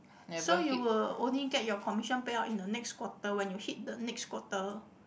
so you will only get your commission payout in the next quarter when you hit the next quarter